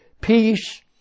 peace